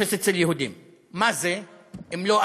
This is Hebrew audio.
אפס אצל יהודים.